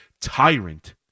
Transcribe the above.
tyrant